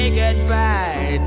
goodbye